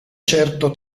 certo